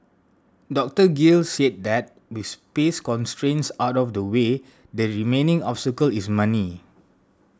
Doctor Gill said that with space constraints out of the way the remaining obstacle is money